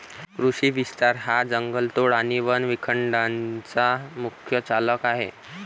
कृषी विस्तार हा जंगलतोड आणि वन विखंडनाचा मुख्य चालक आहे